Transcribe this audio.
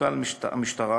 מפכ"ל המשטרה